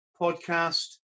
podcast